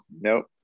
nope